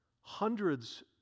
hundreds